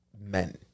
men